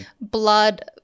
blood